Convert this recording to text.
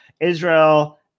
Israel